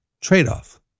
trade-off